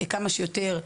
כמה שיותר,